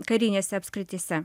karinėse apskrityse